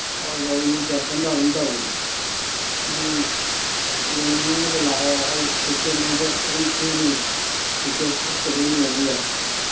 ꯑꯥꯎ ꯒꯣꯕꯤꯅꯗꯖꯤ ꯇꯦꯝꯄꯜꯗ ꯑꯗꯨꯝ ꯇꯧꯏ ꯅꯪ ꯌꯦꯡꯅꯤꯡꯉꯒꯗꯤ ꯂꯥꯛꯑꯣ ꯑꯩ ꯇꯤꯛꯀꯦꯠ ꯅꯨꯡꯀꯦꯠ ꯑꯗꯨꯝ ꯐ꯭ꯔꯤꯅꯤ ꯇꯤꯛꯀꯦꯠ ꯀꯛꯇ꯭ꯔꯁꯨ ꯑꯗꯨꯝ ꯌꯦꯡꯕ ꯌꯥꯏ